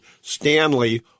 Stanley